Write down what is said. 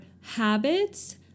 habits